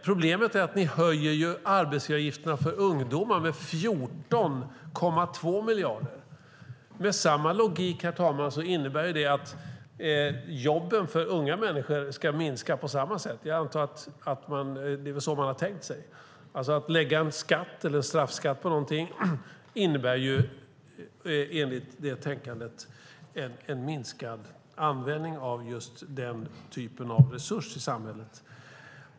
Problemet är att ni höjer arbetsgivaravgifterna för ungdomar med 14,2 miljarder. Med samma logik, herr talman, innebär det att jobben för unga människor ska minska på samma sätt. Jag antar att det är så man har tänkt sig det. Att lägga en straffskatt på någonting innebär enligt det tänkandet en minskad användning av just den typen av resurs i samhället.